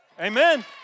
Amen